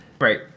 Right